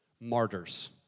martyrs